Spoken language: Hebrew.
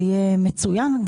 יהיה מצוין.